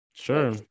Sure